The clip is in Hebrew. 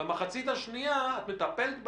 והמחצית השנייה את מטפלת בהם,